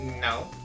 no